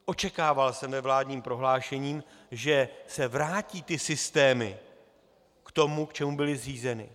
Očekával jsem ve vládním prohlášení, že se vrátí ty systémy k tomu, k čemu byly zřízeny.